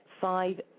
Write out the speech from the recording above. five